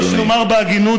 יש לומר בהגינות,